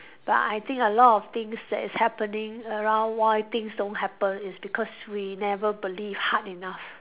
but I think a lot of things that is happening around why things don't happen is because we never believe hard enough